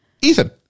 Ethan